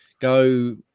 Go